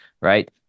right